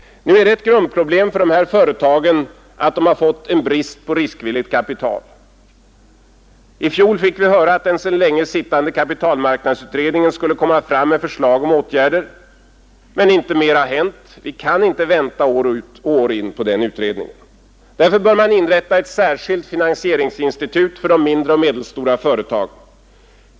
Ett grundproblem för dessa företag är bristen på riskvilligt kapital. I fjol fick vi höra att den sedan länge sittande kapitalmarknadsutredningen skulle komma fram med förslag om åtgärder, men inget mer har hänt. Vi kan inte vänta år ut och år in på den utredningen. Därför bör man inrätta ett särskilt finansieringsinstitut för de mindre och medelstora företagen.